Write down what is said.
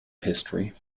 history